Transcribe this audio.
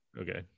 okay